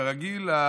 כרגיל,